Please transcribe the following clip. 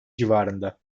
civarında